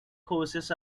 courses